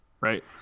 right